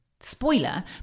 spoiler